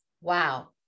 wow